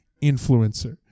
influencer